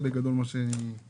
ראשית